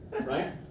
right